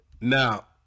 now